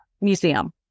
Museum